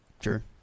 Sure